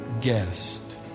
guest